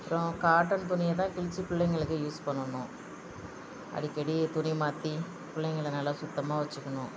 அப்புறோம் காட்டன் துணியை தான் கிழிச்சு பிள்ளைங்களுக்கு யூஸ் பண்ணணும் அடிக்கடி துணி மாற்றி பிள்ளைங்கள நல்லா சுத்தமாக வச்சுக்கணும்